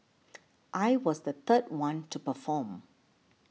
I was the third one to perform